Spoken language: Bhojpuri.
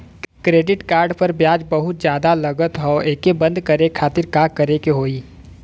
क्रेडिट कार्ड पर ब्याज बहुते ज्यादा लगत ह एके बंद करे खातिर का करे के होई?